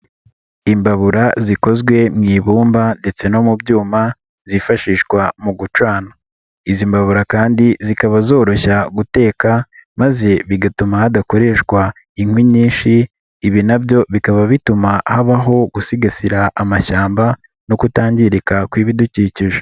Imbabura zikozwe mu ibumba ndetse no mu byuma zifashishwa mu gucana, izi mbabura kandi zikaba zoroshya guteka maze bigatuma hadakoreshwa inkwi nyinshi, ibi nabyo bikaba bituma habaho gusigasira amashyamba no kutangirika kw'ibidukikije.